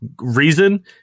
reason